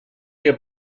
que